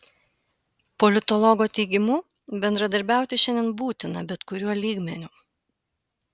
politologo teigimu bendradarbiauti šiandien būtina bet kuriuo lygmeniu